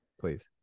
please